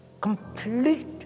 complete